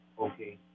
okay